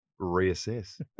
reassess